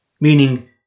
Meaning